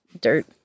dirt